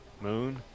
Moon